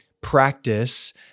practice